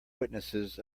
witnesses